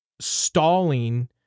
stalling